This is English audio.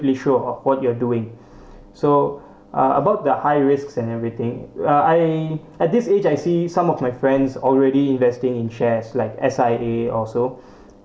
pretty sure of what you are doing so ah about the high risks and everything uh I at this age I see some of my friends already investing in shares like S_I_A also